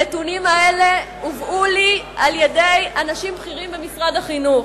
הנתונים האלה הובאו לי על-ידי אנשים בכירים במשרד החינוך.